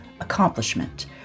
accomplishment